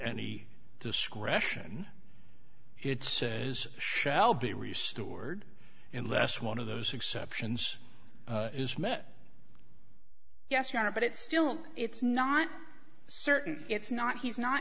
any discretion it says shall be resort unless one of those exceptions is met yes or no but it's still it's not certain it's not he's not